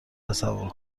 تصور